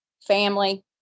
family